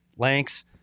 Lanks